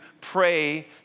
pray